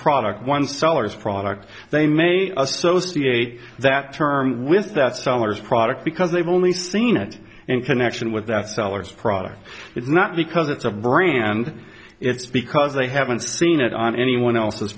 product one sellers product they may associate that term with that sellers product because they've only seen it in connection with that sellers product it's not because it's a brand it's because they haven't seen it on anyone else's